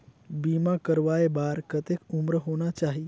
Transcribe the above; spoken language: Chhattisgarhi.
बीमा करवाय बार कतेक उम्र होना चाही?